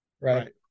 right